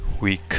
week